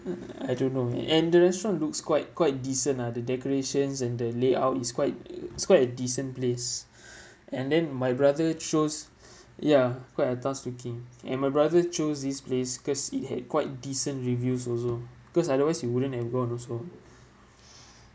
I don't know and the restaurant looks quite quite decent ah the decorations and the layout is quite uh it's quite a decent place and then my brother chose ya quite a task looking and my brother chose this place because it had quite decent reviews also cause otherwise you wouldn't have gone also